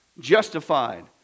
Justified